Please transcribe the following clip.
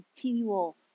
continual